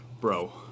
Bro